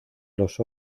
los